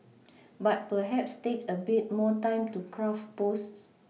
but perhaps take a bit more time to craft posts